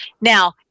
Now